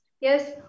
Yes